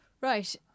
Right